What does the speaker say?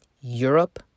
Europe